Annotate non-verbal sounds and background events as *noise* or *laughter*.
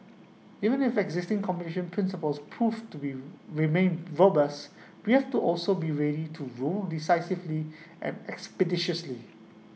even if existing competition principles prove to *unintelligible* remain robust we have to also be ready to rule decisively and expeditiously